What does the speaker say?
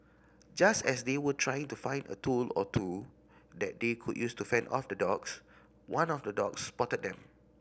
just as they were trying to find a tool or two that they could use to fend off the dogs one of the dogs spotted them